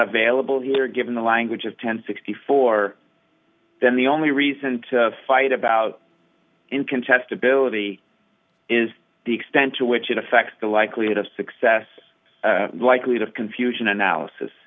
available here given the language of ten sixty four then the only reason to fight about in contestability is the extent to which it affects the likelihood of success likely to confusion analysis